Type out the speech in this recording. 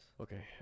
Okay